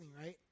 right